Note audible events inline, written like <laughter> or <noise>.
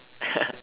<laughs>